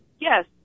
yes